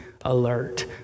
alert